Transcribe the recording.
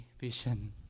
vision